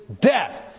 death